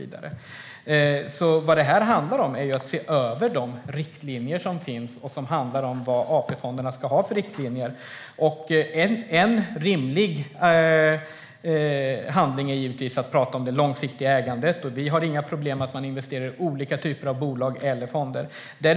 Det handlar om att se över de riktlinjer som finns och bestämma vad AP-fonderna ska ha för riktlinjer. En rimlig handling är givetvis att tala om det långsiktiga ägandet. Vi har inga problem med att man investerar i olika typer av bolag och fonder.